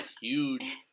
huge